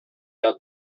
out